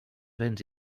béns